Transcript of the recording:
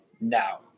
now